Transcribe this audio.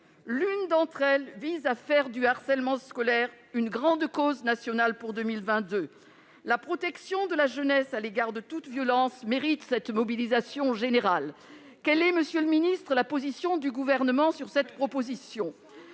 L'une d'entre elles vise à faire du harcèlement scolaire une grande cause nationale pour 2022. La protection de la jeunesse à l'égard de toute violence mérite cette mobilisation générale. Quelle est, monsieur le ministre, la position du Gouvernement sur cette proposition ?